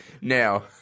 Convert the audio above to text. Now